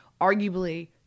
arguably